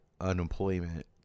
unemployment